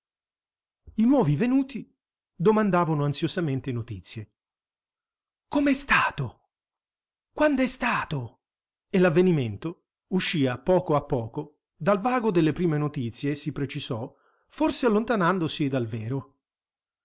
i nuovi venuti domandavano ansiosamente notizie com'è stato quand'è stato e l'avvenimento uscì a poco a poco dal vago delle prime notizie si precisò forse allontanandosi dal vero